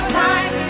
time